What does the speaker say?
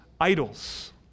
idols